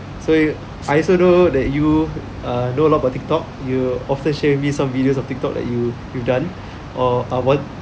so you I also know that you err know a lot about tik tok you often share with me some videos of tik tok that you you've done or or what